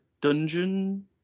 dungeon